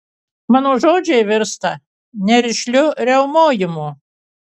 mano žodžiai virsta nerišliu riaumojimu